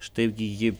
štai gi ji